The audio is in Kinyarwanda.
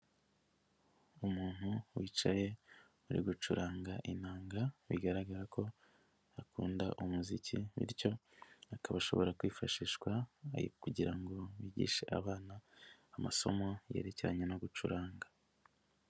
Umuntu wicaye uri gucuranga inanga bigaragara ko akunda umuziki bityo akaba ashobora kwifashishwa ari kugira ngo bigishe abana amasomo yerekeranye no gucuranga.